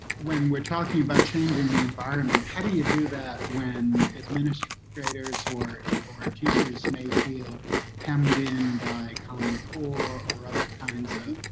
when we're talking about changing the environment, how do you do that when administrators or or ah teachers may feel hemmed in by common core, or other kinds of,